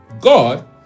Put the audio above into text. God